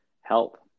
help